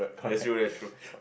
that's true that's true